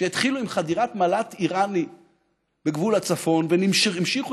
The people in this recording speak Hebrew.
שהתחילו עם חדירת מל"ט איראני בגבול הצפון והמשיכו